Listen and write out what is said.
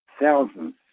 thousands